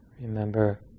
Remember